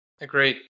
Agreed